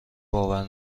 باور